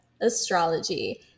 astrology